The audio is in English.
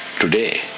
today